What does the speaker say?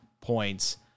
points